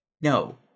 no